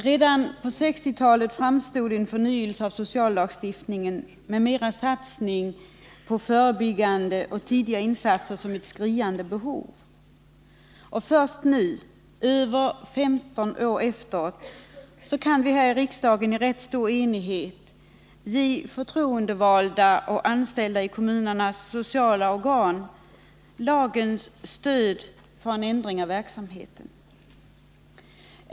Redan på 1960-talet framstod en förnyelse av sociallagstiftningen med mera satsning på förebyggande och tidiga insatser som ett skriande behov, men först nu — över 15 år efteråt — kan vi här i riksdagen i rätt stor enighet ge förtroendevalda och anställda i kommunernas sociala organ lagens stöd för en ändring av verksamheten.